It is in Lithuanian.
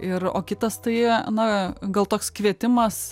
ir o kitas tai na gal toks kvietimas